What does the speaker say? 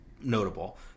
notable